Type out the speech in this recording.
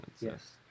yes